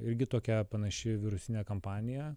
irgi tokia panaši virusinė kampanija